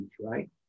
right